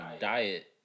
diet